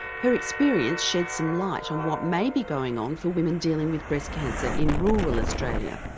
her experience shed some light on what maybe going on for women dealing with breast cancer in rural australia.